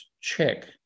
check